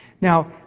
Now